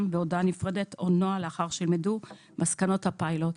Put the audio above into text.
בהודעה נפרדת או נוהל לאחר שיילמדו מסקנות הפיילוט.